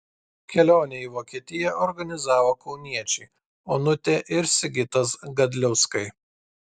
kelionę į vokietiją organizavo kauniečiai onutė ir sigitas gadliauskai